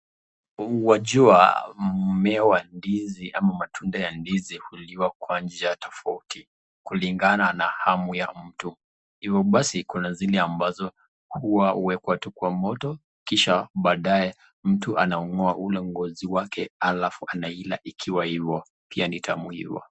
Wajua mmea wa ndizi ama matunda ndizi huliwa kwa njia tofauti kulingana na hamu ya mtu. Hivyo basi kuna zile ambazo huwa huwekwa tu kwa moto kisha baadae mtu anaung'oa ule ngozi wake alafu anaila ikiwa hivyo. Pia ni tamu hivo.